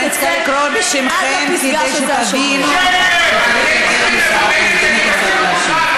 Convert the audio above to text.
למה אני צריכה לקרוא בשמכם כדי שתבינו שצריך לתת לסגנית השר להשיב?